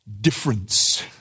difference